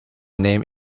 name